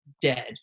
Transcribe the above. dead